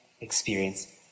experience